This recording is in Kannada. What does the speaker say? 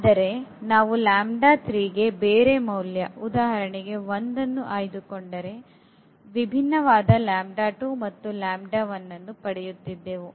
ಆದರೆ ನಾವು ಗೆ ಬೇರೆ ಮೌಲ್ಯ ಉದಾಹರಣೆಗೆ 1 ನ್ನು ಆಯ್ದುಕೊಂಡರೆ ವಿಭಿನ್ನವಾದ ಮತ್ತು ಪಡೆಯುತ್ತಿದ್ದೆವು